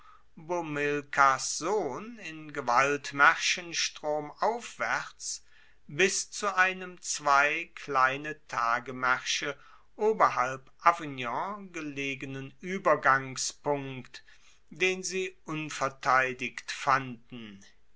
bomilkars sohn in gewaltmaerschen stromaufwaerts bis zu einem zwei kleine tagemaersche oberhalb avignon gelegenen uebergangspunkt den sie unverteidigt fanden